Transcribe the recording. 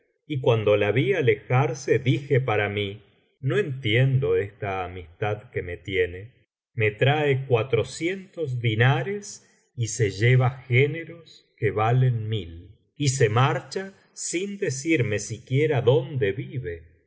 y cuando la vi alejarse dije para mí no entiendo esta amistad que me tiene me trae cuatrocientos dinares y se lleva géneros que valen mil y se marcha sin decirme siquiera dónde vive